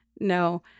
No